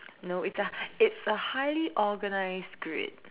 no it's a it's a highly organized grid